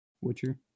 Witcher